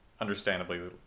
understandably